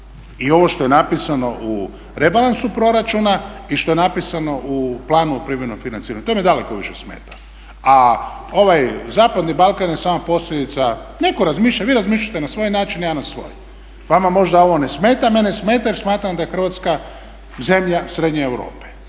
i ovo što je napisano u rebalansu proračuna i što je napisano u planu privremenog financiranja. To me daleko više smeta. A ovaj zapadni Balkan je samo posljedica, netko razmišlja, vi razmišljate na svoj način, ja na svoj. Vama možda ovo ne smeta, mene smeta jer smatram da je Hrvatska zemlja srednje Europe